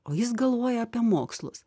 o jis galvoja apie mokslus